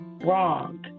wrong